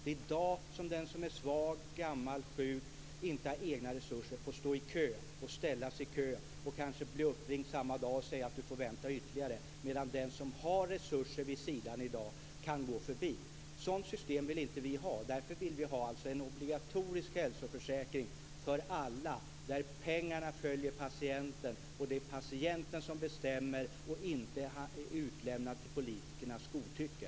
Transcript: Det är i dag som den som är svag, gammal, sjuk och inte har egna resurser får stå i kö och kanske bli uppringd samma dag och få besked att han eller hon får vänta ytterligare, medan den som har resurser i dag kan gå förbi. Ett sådant system vill vi inte ha. Därför vill vi ha en obligatorisk hälsoförsäkring för alla, där pengarna följer patienten, och där det är patienten som bestämmer och inte blir utlämnad till politikernas godtycke.